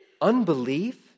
Unbelief